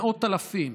מאות אלפים,